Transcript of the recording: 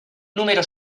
número